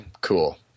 cool